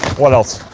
what else?